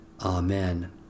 Amen